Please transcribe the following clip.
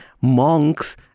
monks